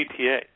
PTA